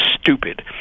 stupid